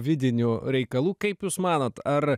vidinių reikalų kaip jūs manot ar